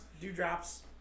dewdrops